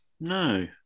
no